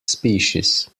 species